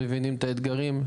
מבינים את האתגרים,